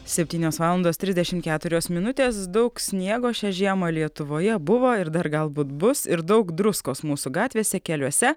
septynios valandos trisdešimt keturios minutės daug sniego šią žiemą lietuvoje buvo ir dar galbūt bus ir daug druskos mūsų gatvėse keliuose